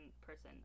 person